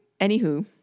Anywho